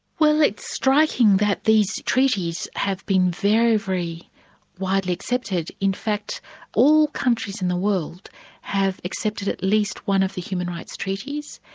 well it's striking that these treaties have been very, very widely accepted. in fact all countries in the world have accepted at least one of the human rights treaties,